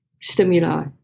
stimuli